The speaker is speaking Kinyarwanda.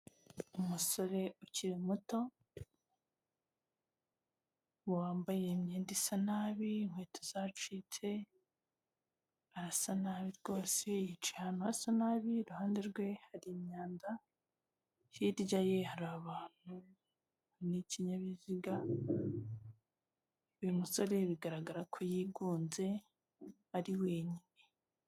Umusore ukiri muto, wambaye imyenda isa nabi, inkweto zacitse, arasa nabi rwose, yicaye ahantu hasa nabi, iruhande rwe, hari imyanda, hirya ye, hari abantu n'ikinyabiziga, uyu musore bigaragara ko yigunze, ari wenyine.